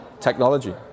technology